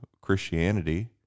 Christianity